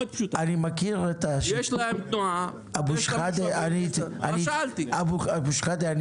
יש להם תנועה --- חבר הכנסת אבו שחאדה.